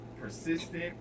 persistent